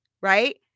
right